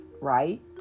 right